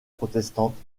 protestante